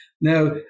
Now